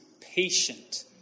patient